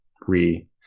re